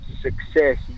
success